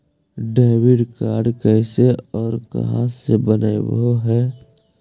Debit card कैसे और कहां से बनाबे है?